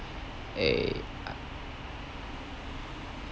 eh